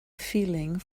feeling